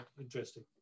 interesting